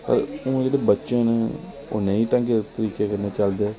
हुन जेह्के बच्चे न ओह् नेईं ढंगै दे चलदे